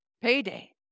payday